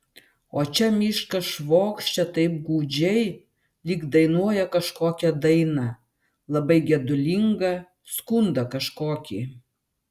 o čia miškas švokščia taip gūdžiai lyg dainuoja kažkokią dainą labai gedulingą skundą kažkokį